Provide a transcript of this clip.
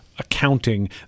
accounting